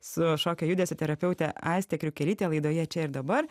su šokio judesio terapeute aiste kriukelyte laidoje čia ir dabar